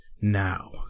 now